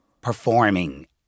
performing